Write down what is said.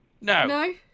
No